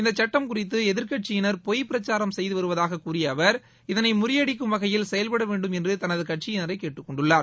இந்த சுட்டம் குறித்து எதிர்க்கட்சியினர் பொய் பிரச்சாரம் செய்து வருவதாக கூறிய அவர் இதனை முறியடிக்கும் வகையில் செயல்படவேண்டும் என்று தனது கட்சியினரை கேட்டுக்கொண்டுள்ளார்